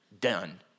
done